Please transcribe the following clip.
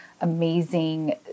amazing